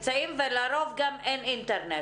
ולרוב גם אין אינטרנט.